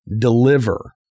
deliver